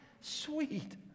sweet